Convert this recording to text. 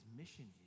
mission